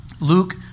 Luke